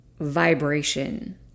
vibration